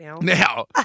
Now